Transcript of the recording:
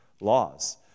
laws